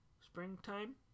springtime